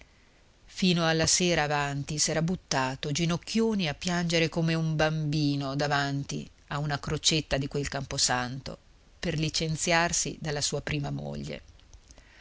fino alla sera avanti s'era buttato ginocchioni a piangere come un bambino davanti a una crocetta di quel camposanto per licenziarsi dalla sua prima moglie